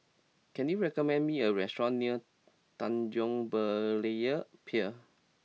can you recommend me a restaurant near Tanjong Berlayer Pier